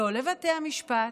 לא לבתי המשפט,